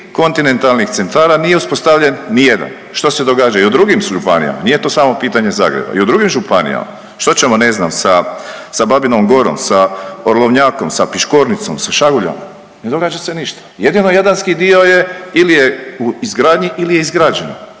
i u drugim županijama. Što ćemo ne znam sa, sa Babinom Gorom, sa Orlovnjakom, sa Piškornicom, sa Šaguljama? Ne događa se ništa. Jedino jadranski dio je ili je u izgradnji ili je izgrađen.